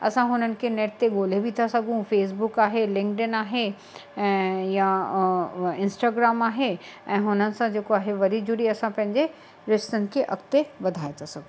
असां हुननि खे नेट ते ॻोल्हे बि था सघूं फ़ेसबुक आहे लिंकडन आहे ऐं या इंस्टाग्राम आहे ऐं हुन सां जेको आहे वरी जुड़ी असां पंहिंजे रिश्तनि खे अॻते वधाए था सघूं